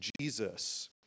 Jesus